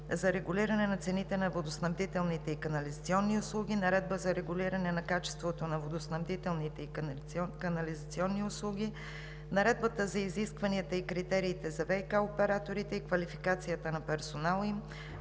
за регулиране на цените на водоснабдителните и канализационни услуги; Наредба за регулиране на качеството на водоснабдителните и канализационните услуги; Наредба за изискванията и критериите за ВиК операторите и за квалификацията на персонала им;